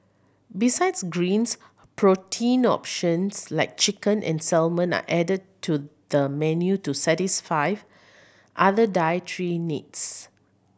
besides greens protein options like chicken and salmon are added to the menu to satisfy other dietary needs